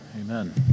Amen